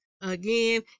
again